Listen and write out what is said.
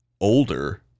older